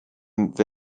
fynd